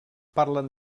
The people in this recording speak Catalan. parlen